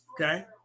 Okay